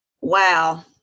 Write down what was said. Wow